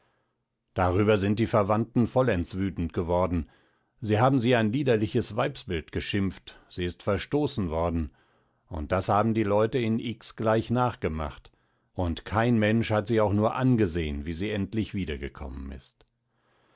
darüber sind die verwandten vollends wütend geworden sie haben sie ein liederliches weibsbild geschimpft sie ist verstoßen worden und das haben die leute in x gleich nachgemacht und kein mensch hat sie auch nur angesehen wie sie endlich wiedergekommen ist